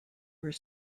were